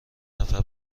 نفر